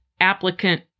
applicant